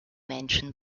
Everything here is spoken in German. menschen